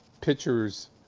pitchers